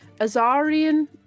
Azarian